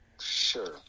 Sure